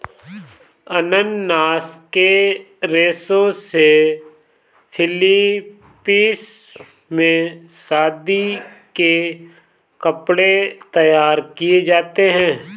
अनानास के रेशे से फिलीपींस में शादी के कपड़े तैयार किए जाते हैं